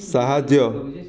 ସାହାଯ୍ୟ